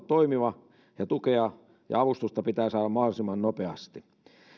toimiva tukea ja avustusta pitää saada mahdollisimman nopeasti